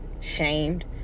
shamed